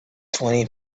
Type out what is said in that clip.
twenty